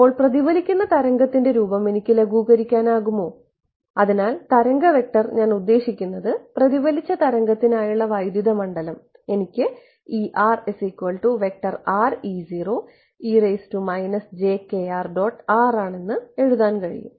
അതിനാൽ പ്രതിഫലിക്കുന്ന തരംഗത്തിന്റെ രൂപം എനിക്ക് ലഘൂകരിക്കാനാകുമോ അതിനാൽ തരംഗ വെക്റ്റർ ഞാൻ ഉദ്ദേശിക്കുന്നത് പ്രതിഫലിച്ച തരംഗത്തിനായുള്ള വൈദ്യുത മണ്ഡലം എനിക്ക് ആണെന്ന് എഴുതാൻ കഴിയും